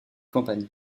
campagnes